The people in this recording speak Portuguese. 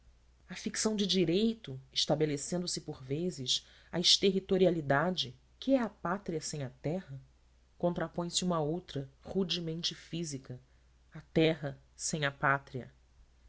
à ficção de direito estabelecendo por vezes a extraterritorialidade que é a pátria sem a terra contrapõe se uma outra rudemente física a terra sem a pátria